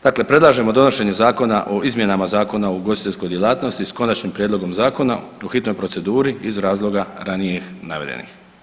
Dakle, predlažemo donošenje Zakona o izmjenama Zakona o ugostiteljskoj djelatnosti, s Konačnim prijedlogom Zakona u hitnoj proceduri iz razloga ranije navedenih.